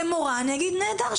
כמורה אני אגיד נהדר,